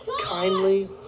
kindly